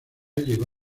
llegó